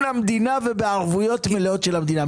המדינה ובערבויות מלאות של המדינה?